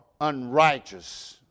unrighteous